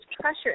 pressure